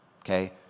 Okay